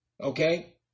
Okay